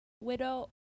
widow